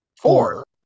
Four